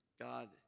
God